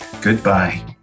Goodbye